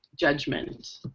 Judgment